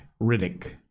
Riddick